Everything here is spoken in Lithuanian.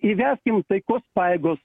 įveskim taikos pajėgos